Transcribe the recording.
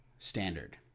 Standard